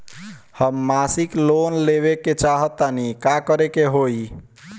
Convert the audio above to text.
हम मासिक लोन लेवे के चाह तानि का करे के होई?